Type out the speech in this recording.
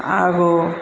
ಹಾಗೂ